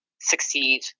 succeed